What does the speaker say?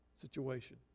situation